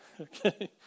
okay